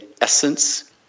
essence